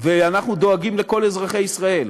ואנחנו דואגים לכל אזרחי ישראל.